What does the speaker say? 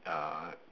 uh